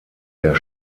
der